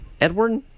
Edward